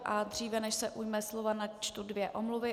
A dříve než se ujme slova, načtu dvě omluvy.